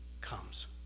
comes